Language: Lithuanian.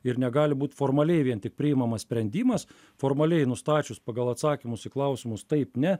ir negali būt formaliai vien tik priimamas sprendimas formaliai nustačius pagal atsakymus į klausimus taip ne